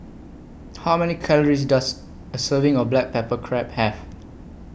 How Many Calories Does A Serving of Black Pepper Crab Have